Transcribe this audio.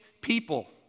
people